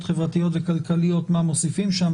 חברתיות וכלכליות" מה מוסיפים שם?